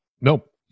Nope